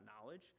knowledge